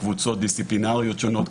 מקבוצות ודיסציפלינריות שונות,